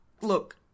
look